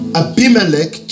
abimelech